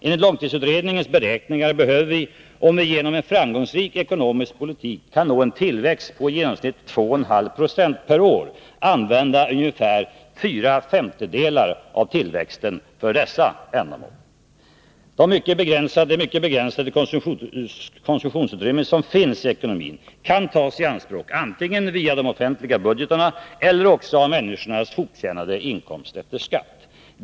Enligt långtidsutredningens beräkningar behöver vi — om vi genom en framgångsrik ekonomisk politik kan nå en tillväxt på i genomsnitt 2,5 26 per år — använda ungefär fyra femtedelar av tillväxten för dessa ändamål. Det mycket begränsade konsumtionsutrymme som finns i ekonomin kan tas i anspråk antingen via de offentliga budgetarna eller också genom människornas hoptjänade inkomster efter skatt.